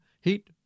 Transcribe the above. Heat